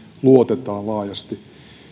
luotetaan laajasti